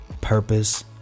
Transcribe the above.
purpose